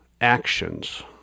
actions